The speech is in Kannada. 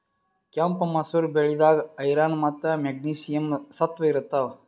ಕೆಂಪ್ ಮಸೂರ್ ಬ್ಯಾಳಿದಾಗ್ ಐರನ್ ಮತ್ತ್ ಮೆಗ್ನೀಷಿಯಂ ಸತ್ವ ಇರ್ತವ್